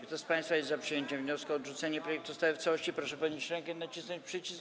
Kto z państwa jest za przyjęciem wniosku o odrzucenie projektu ustawy w całości, proszę podnieść rękę i nacisnąć przycisk.